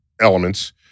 elements